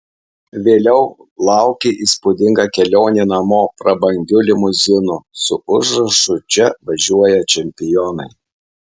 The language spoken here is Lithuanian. vėliau laukė įspūdinga kelionė namo prabangiu limuzinu su užrašu čia važiuoja čempionai